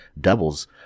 doubles